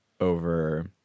over